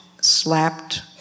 slapped